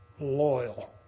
loyal